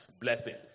Blessings